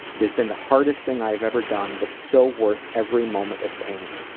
it has been the hardest thing i have ever done but so worth every moment of pain.